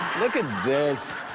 look at this.